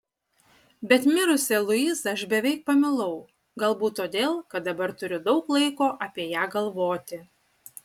bet mirusią luizą aš beveik pamilau galbūt todėl kad dabar turiu daug laiko apie ją galvoti